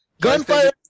Gunfire